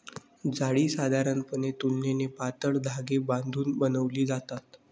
जाळी साधारणपणे तुलनेने पातळ धागे बांधून बनवली जातात